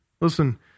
Listen